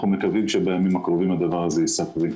אנחנו מקווים שבימים הקרובים הדבר הזה יישא פרי.